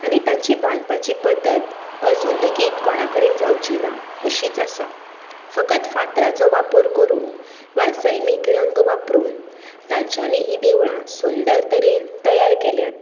आनी तांची बांदपाची पद्दत अजून लेगीत कोणा कडेन जावची ना अशीच आसा फकत फातराचो वापर करून वा सैमीक रंग वापरून तांच्यानी हीं देवळां सुंदर तरेन तयार केल्यांत